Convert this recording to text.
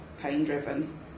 pain-driven